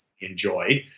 enjoy